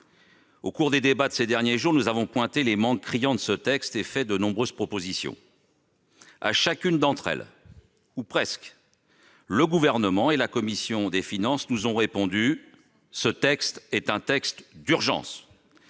Au cours des débats de ces derniers jours, nous avons relevé les manques criants de ce texte et formulé de nombreuses propositions. À chacune d'entre elles, ou presque, le Gouvernement et la commission des finances nous ont répondu : ce texte est un texte d'urgence,